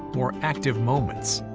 more active moments,